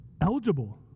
eligible